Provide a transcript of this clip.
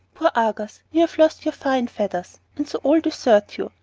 poor argus, you have lost your fine feathers, and so all desert you,